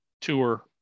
tour